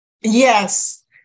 Yes